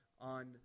on